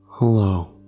Hello